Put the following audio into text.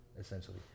essentially